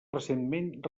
recentment